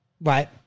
Right